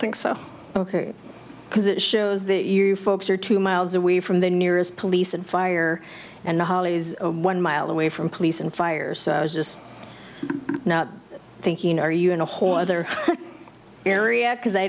think so ok because it shows that you folks are two miles away from the nearest police and fire and the hollies one mile away from police and fire so i was just thinking are you in a whole other area because i